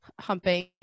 humping